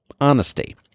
honesty